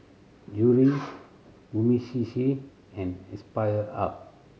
Yuri Umisushi and Aspire Hub